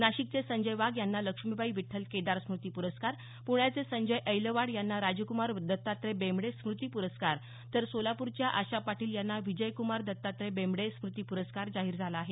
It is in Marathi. नाशिकचे संजय वाघ यांना लक्ष्मीबाई विठ्ठल केदार स्मृती प्रस्कार प्ण्याचे संजय ऐलवाड यांना राजकुमार दत्तात्रय बेंबडे स्मृती पुरस्कार तर सोलापूरच्या आशा पाटील यांना विजयक्रमार दत्तात्रय बेंबडे स्मृती प्रस्कार जाहीर झाला आहे